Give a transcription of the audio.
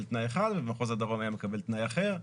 תנאי אחד ובמחוז הדרום היה מקבל תנאי אחר.